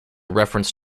reference